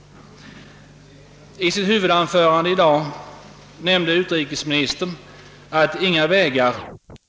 I sitt huvudanförande i dag nämnde utrikesministern att inga uppslag får lämnas oprövade när det gäller att skapa fred i Vietnam. Herr talman!